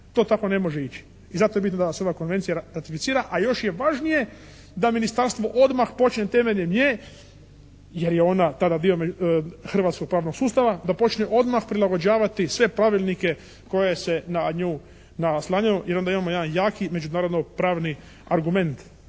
To tako ne može ići. I zato je bitno da nam se ova konvencija ratificira a još je važnije da ministarstvo odmah počne temeljem nje, jer je onda tada dio hrvatskog pravnog sustava da počne odmah prilagođavati sve pravilnike koje se na nju naslanjaju. I onda imamo jedan jaki međunarodno pravni argument